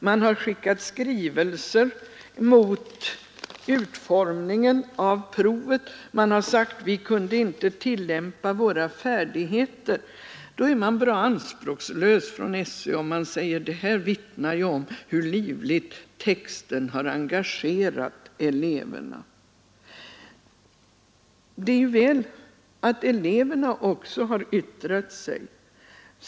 Man har skickat skrivelser mot utformningen av provet, man har sagt att ”vi kunde inte tillämpa våra färdigheter”. Då är SÖ som sagt bra anspråkslös när man säger att ”det här vittnar ju om hur livligt texten har engagerat eleverna”. Det är väl att eleverna också har yttrat sig.